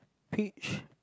peach